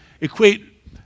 equate